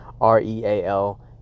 R-E-A-L